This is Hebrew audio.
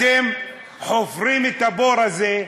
אתם חופרים את הבור הזה,